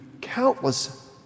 countless